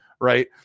right